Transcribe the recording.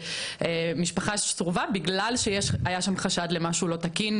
המשפחה קיבלה סירוב בגלל שהיה חשד למשהו לא תקין,